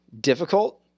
difficult